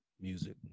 music